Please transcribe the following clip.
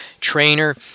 trainer